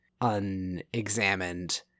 unexamined